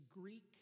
Greek